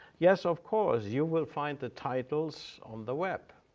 yes, of course, you will find the titles on the web